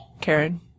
Karen